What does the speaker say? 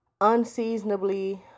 unseasonably